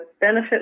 benefit